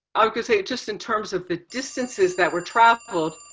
ah gonna say just in terms of the distances that were traveled,